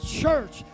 church